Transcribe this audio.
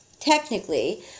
technically